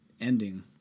ending